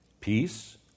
peace